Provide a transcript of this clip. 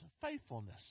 faithfulness